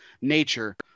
nature